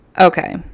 okay